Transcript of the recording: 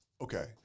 okay